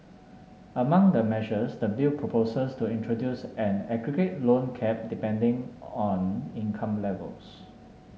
among the measures the bill proposes to introduce an aggregate loan cap depending on income levels